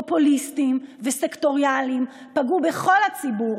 פופוליסטיים וסקטוריאליים פגעו בכל הציבור